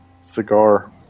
cigar